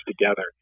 together